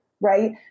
right